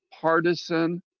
partisan